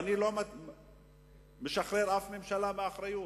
ואני לא משחרר אף ממשלה מאחריות.